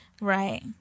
Right